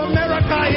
America